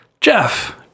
Jeff